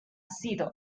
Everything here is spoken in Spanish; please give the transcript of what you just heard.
sido